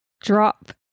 drop